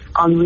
on